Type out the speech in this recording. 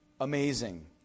amazing